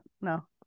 No